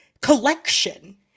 collection